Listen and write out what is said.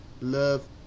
Love